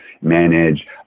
manage